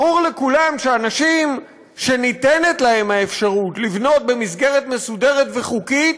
ברור לכולם שאנשים שניתנת להם האפשרות לבנות במסגרת מסודרת וחוקית